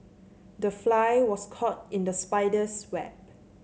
the fly was caught in the spider's web